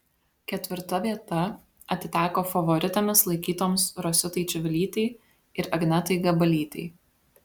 ketvirta vieta atiteko favoritėmis laikytoms rositai čivilytei ir agnetai gabalytei